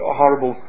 horrible